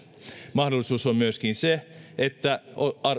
mahdollista on myöskin se että